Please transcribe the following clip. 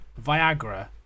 Viagra